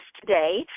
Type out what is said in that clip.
today